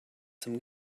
zum